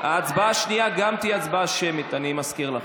ההצבעה השנייה גם תהיה הצבעה שמית, אני מזכיר לכם.